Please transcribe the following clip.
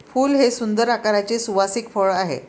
फूल हे सुंदर आकाराचे सुवासिक फळ आहे